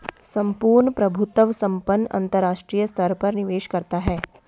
सम्पूर्ण प्रभुत्व संपन्न अंतरराष्ट्रीय स्तर पर निवेश करता है